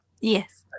Yes